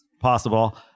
possible